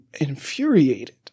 infuriated